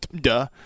Duh